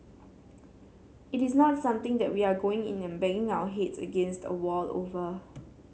it is not something that we are going in and banging our heads against a wall over